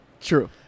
True